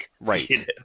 right